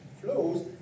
flows